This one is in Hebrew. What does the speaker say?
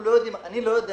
אני לא יודע